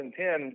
2010